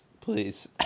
please